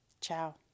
Ciao